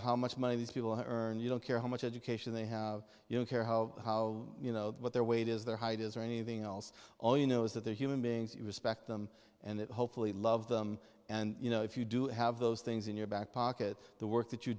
how much money these people who earn you don't care how much education they have you don't care how how you know what their weight is their height is or anything else all you know is that they are human beings you respect them and it hopefully love them and you know if you do have those things in your back pocket the work that you